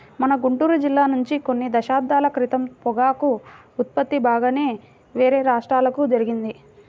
మన గుంటూరు జిల్లా నుంచి కొన్ని దశాబ్దాల క్రితం పొగాకు ఉత్పత్తి బాగానే వేరే రాష్ట్రాలకు జరిగింది